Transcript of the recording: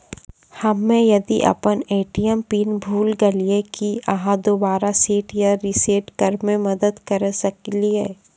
हम्मे यदि अपन ए.टी.एम पिन भूल गलियै, की आहाँ दोबारा सेट या रिसेट करैमे मदद करऽ सकलियै?